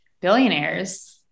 billionaires